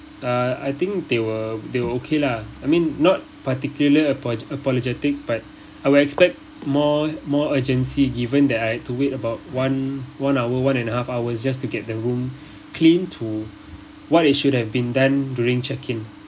uh I think they were they were okay lah I mean not particular apo~ apologetic but I will expect more more urgency given that I had to wait about one one hour one and a half hours just to get the room cleaned to what it should have been done during check-in